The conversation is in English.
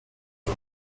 ago